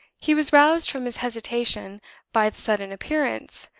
he was roused from his hesitation by the sudden appearance,